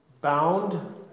bound